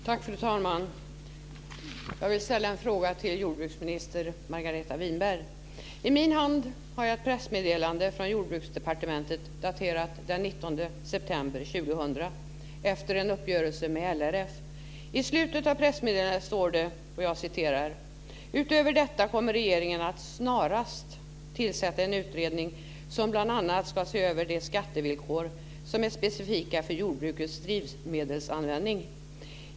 Fru talman! Jag vill ställa en fråga till jordbruksminister Margareta Winberg. I min hand har jag ett pressmeddelande från Jordbruksdepartementet daterat den 19 september 2000 efter en uppgörelse med LRF. I slutet av pressmeddelandet står det: Utöver detta kommer regeringen att snarast tillsätta en utredning som bl.a. ska se över de skattevillkor som är specifika för jordbrukets drivmedelsanvändning.